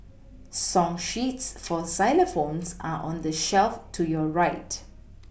song sheets for xylophones are on the shelf to your right